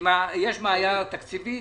אם יש בעיה תקציבית,